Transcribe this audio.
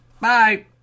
Bye